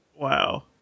Wow